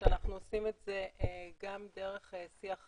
אנחנו עושים את זה גם דרך שיח רגשי,